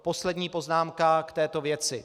Poslední poznámka k této věci.